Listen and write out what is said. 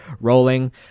rolling